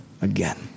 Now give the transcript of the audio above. again